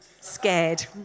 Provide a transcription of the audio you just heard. Scared